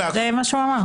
זה מה שהוא אמר.